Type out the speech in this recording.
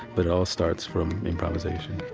but it all starts from improvisation